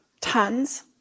tons